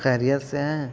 خیریت سے ہیں